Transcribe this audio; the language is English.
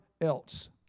else